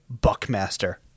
Buckmaster